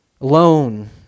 alone